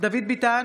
דוד ביטן,